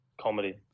Comedy